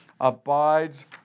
abides